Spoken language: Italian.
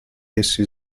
essi